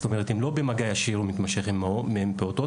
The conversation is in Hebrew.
הם לא במגע ישיר ומתמשך עם פעוטות,